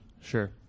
Sure